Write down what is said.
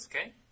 okay